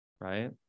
Right